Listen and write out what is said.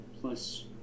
plus